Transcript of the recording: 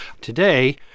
Today